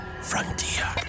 Frontier